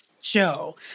show